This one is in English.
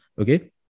Okay